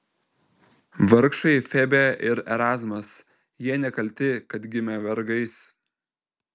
vargšai febė ir erazmas jie nekalti kad gimė vergais